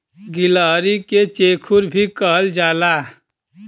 गिलहरी के चेखुर भी कहल जाला